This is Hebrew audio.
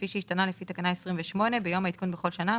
כפי שהשתנה לפי תקנה 28 ביום העדכון בכל שנה,